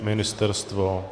Ministerstvo?